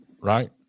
Right